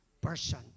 person